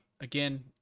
again